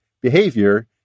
behavior